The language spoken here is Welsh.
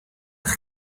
eich